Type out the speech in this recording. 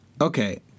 Okay